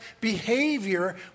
behavior